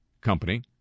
company